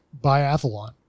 biathlon